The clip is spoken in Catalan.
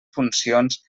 funcions